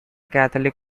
catholic